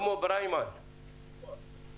חנ"י, בבקשה.